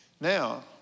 Now